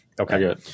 Okay